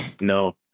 no